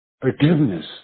forgiveness